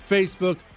Facebook